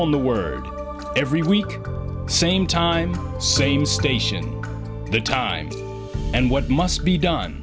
on the word every week same time same station the times and what must be done